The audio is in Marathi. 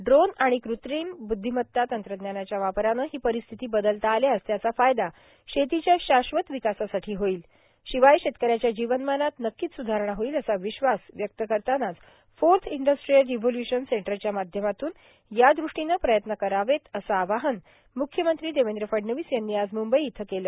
ड्रोन आणि कृत्रीम ब्द्वीमत्ता तंत्रज्ञानाच्या वापराने ही परिस्थिती बदलता आल्यास त्याचा फायदा शेतीच्या शाश्वत विकासासाठी होईल शिवाय शेतकऱ्याच्या जीवनमानात नक्कीच स्धारणा होईल असा विश्वास व्यक्त करतानाच फोर्थ इंडस्ट्रियल रिव्होल्य्शन सेंटरच्या माध्यमातून या दृष्टीने प्रयत्न करावेत असे आवाहन म्ख्यमंत्री देवेंद्र फडणवीस यांनी आज म्ंबई इथं केले